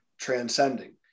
transcending